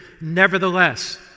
Nevertheless